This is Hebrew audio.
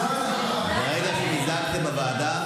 אבל כנראה שיש מי שזה חשוב לו פחות.